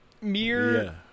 Mere